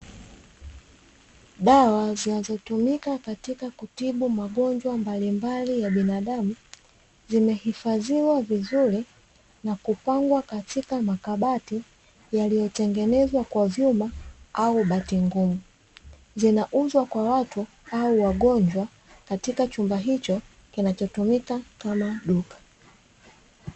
Dawa zinazotumika katika kutibu magonjwa mbalimbali ya binadamu, zimehifadhiwa vizuri na kupangwa katika makabati yaliyotengenezwa kwa vyuma au bati ngumu, zinauzwa kwa watu au wagonjwa katika chumba hicho kinachotumika kama duka.